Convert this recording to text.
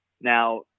Now